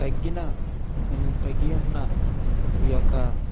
తగ్గిన తగ్గి ఉన్న ఈ యొక్క